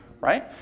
right